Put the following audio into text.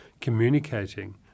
communicating